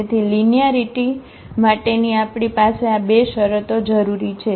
તેથી લિનિયારીટી માટેની આપણી પાસે આ બે શરતો જરૂરી છે